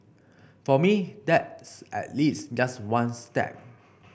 for me that's at least just one step